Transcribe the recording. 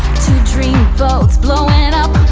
two dreamboats blowin' up